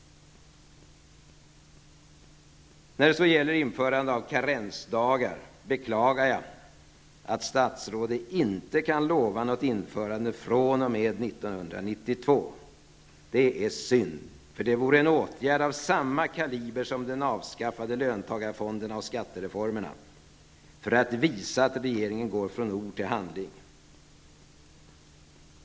När det så gäller införande av karensdagar beklagar jag att statsrådet inte kan lova något införande fr.o.m. 1992. Det är synd, för det vore en åtgärd av samma kaliber som att avskaffa löntagarfonderna och genomföra skattereformerna, för att visa att regeringen går från ord till handling.